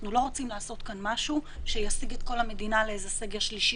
אנחנו לא רוצים לעשות כאן משהו שיסיג את כל המדינה לסגר שלישי.